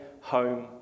home